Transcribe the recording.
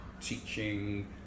teaching